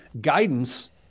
guidance